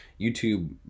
youtube